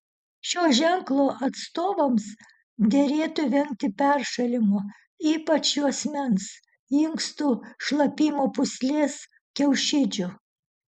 šio ženklo atstovams derėtų vengti peršalimo ypač juosmens inkstų šlapimo pūslės kiaušidžių